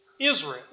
Israel